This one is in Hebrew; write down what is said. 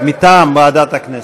מטעם ועדת הכנסת.